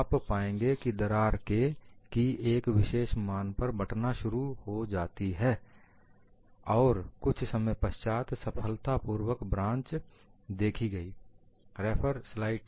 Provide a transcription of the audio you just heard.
आप पाएंगे कि दरार K की एक विशेष मान पर बँटना शुरू हो जाती है और कुछ समय पश्चात सफलतापूर्वक ब्रांच देखी गई